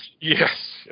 Yes